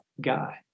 guy